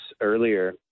earlier